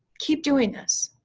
keep doing this.